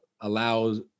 allows